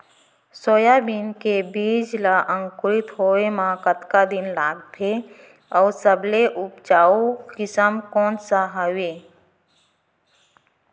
Soybean के बीज ला अंकुरित होय म कतका दिन लगथे, अऊ सबले उपजाऊ किसम कोन सा हवये?